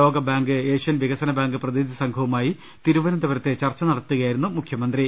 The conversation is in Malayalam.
ലോക ബാങ്ക് ഏഷ്യൻ വികസന ബാങ്ക് പ്രതിനിധി സംഘവുമായി തിരുവനന്തപുരത്ത് ചർച്ച നടത്തുകയായിരുന്നു അദ്ദേ ഹം